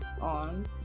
on